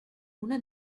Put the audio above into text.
una